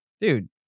dude